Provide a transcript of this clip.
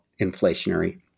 inflationary